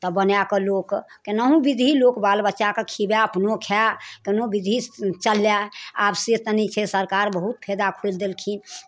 तऽ बनाए कऽ लोक केनाहुँ विधि लोक बाल बच्चाकेँ खीबै अपनो खाए कोनो विधि चलय आब से तऽ नहि छै सरकार बहुत फायदा खोलि देलखिन